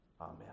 Amen